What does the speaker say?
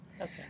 Okay